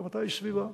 גם אתה איש סביבה,